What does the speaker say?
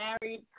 married